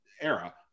era